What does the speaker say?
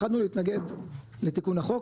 יכולנו להתנגד לתיקון החוק,